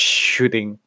shooting